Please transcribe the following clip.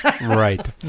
right